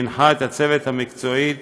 והנחה את הצוות המקצועי